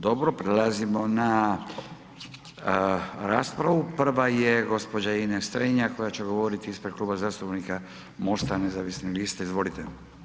Dobro, prelazimo na raspravu, prva je gđa. Ines Strenja koja će govorit ispred Kluba zastupnika MOST-a nezavisnih lista, izvolite.